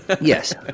Yes